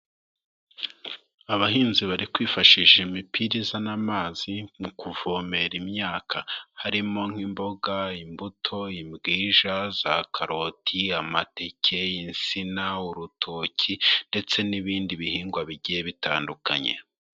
Abahinzi bari kwifashisha imipira izana amazi mu kuvomera imyaka, harimo nk'imboga, imbuto, imbwija, za karoti, amateke, insina, urutoki, ndetse n'ibindi bihingwa bigiye bitandukanye.